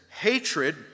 hatred